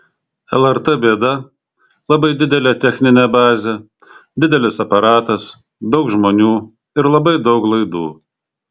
lrt bėda labai didelė techninė bazė didelis aparatas daug žmonių ir labai daug laidų